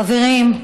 חברים,